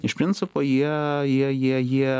iš principo jie jie jie jie